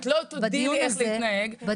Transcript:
את לא תודיעי לי איך להתנהג -- לא,